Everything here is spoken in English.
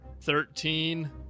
Thirteen